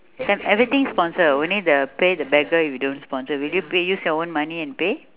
everything sponsored only the pay the beggar we don't sponsor will you pay use your own money and pay